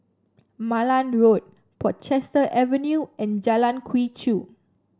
Malan Road Portchester Avenue and Jalan Quee Chew